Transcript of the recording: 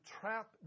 trap